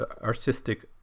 artistic